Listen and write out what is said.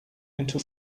into